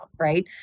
right